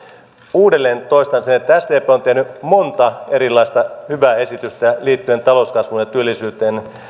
uudelleen toistan sen että sdp on tehnyt monta erilaista hyvää esitystä liittyen talouskasvuun ja työllisyyteen